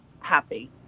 happy